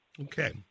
Okay